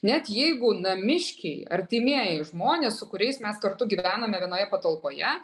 net jeigu namiškiai artimieji žmonės su kuriais mes kartu gyvename vienoje patalpoje